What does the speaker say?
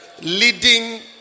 leading